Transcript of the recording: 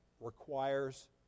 requires